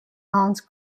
hans